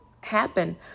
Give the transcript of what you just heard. happen